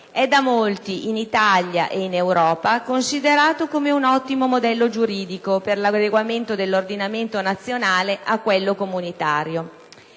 è da molti, in Italia e in Europa, considerato come un ottimo modello giuridico per l'adeguamento dell'ordinamento nazionale a quello comunitario.